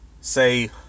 say